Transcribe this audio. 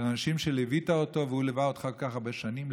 איש שליווית אותו והוא ליווה אותך כל כך הרבה שנים,